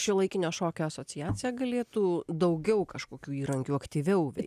šiuolaikinio šokio asociacija galėtų daugiau kažkokiu įrankių aktyviau veikti